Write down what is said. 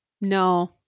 No